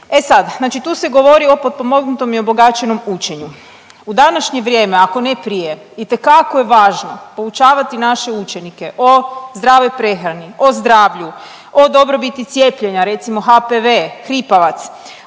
znači tu se govori o potpomognutom i obogaćenom učenju. U današnje vrijeme ako ne prije itekako je važno poučavati naše učenike o zdravoj prehrani, o zdravlju, o dobrobiti cijepljenja recimo HPV, hripavac,